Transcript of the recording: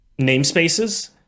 namespaces